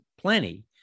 plenty